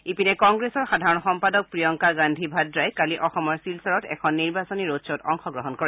ইপিনে কংগ্ৰেছৰ সাধাৰণ সম্পাদক প্ৰিয়ংকা গান্ধী ভাদ্ৰাই কালি অসমৰ শিলচৰত এখন নিৰ্বাচনী ৰোড খ'ত অংশগ্ৰহণ কৰে